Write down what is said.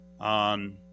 On